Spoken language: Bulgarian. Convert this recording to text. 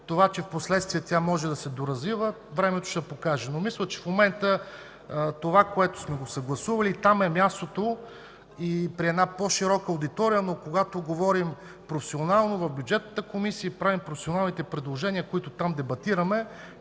Това, че впоследствие тя може да се доразвива, времето ще покаже. Мисля, че в момента това, което сме съгласували, там е мястото – когато говорим професионално в Бюджетната комисия и правим професионалните предложения, които там дебатираме.